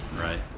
Right